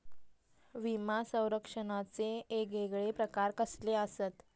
विमा सौरक्षणाचे येगयेगळे प्रकार कसले आसत?